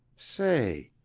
say,